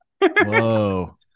Whoa